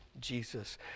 Jesus